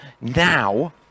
now